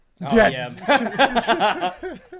yes